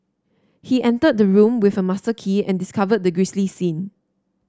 he entered the room with a master key and discovered the grisly scene